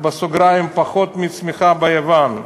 בסוגריים, פחות מהצמיחה ביוון.